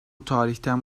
tarihten